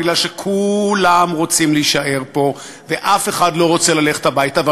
מפני שכולם רוצים להישאר פה ואף אחד לא רוצה ללכת הביתה,